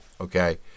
okay